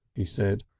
he said.